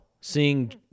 seeing